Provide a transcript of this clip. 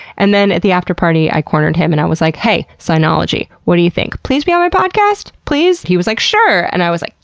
and then, at the afterparty i cornered him and i was like, hey, cynology. what do you think? please be on my podcast? please? and he was like, sure, and i was like,